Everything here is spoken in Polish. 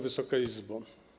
Wysoka Izbo!